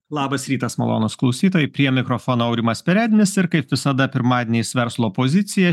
labas rytas malonūs klausytojai prie mikrofono aurimas perednis ir kaip visada pirmadieniais verslo pozicija